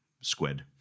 squid